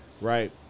right